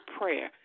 prayer